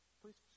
please